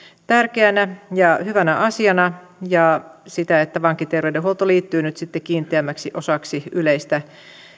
tärkeänä ja hyvänä asiana sitä että vankiterveydenhuolto liittyy nyt sitten kiinteämmäksi osaksi yleistä